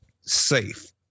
safe